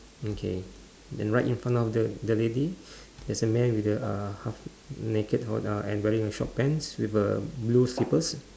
okay then right in front of the the lady there's a man with the uh half naked and wearing a short pants with a blue slippers